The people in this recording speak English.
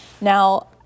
Now